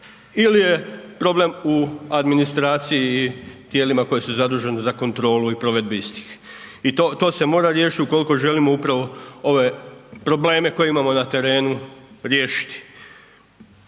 ili je problem u administraciji i tijelima koji su zaduženi za kontrolu i provedbu istih? I to se mora riješiti ukoliko želimo upravo ove probleme koje imamo na terenu riješiti.